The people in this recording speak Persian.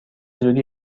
زودی